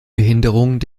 behinderung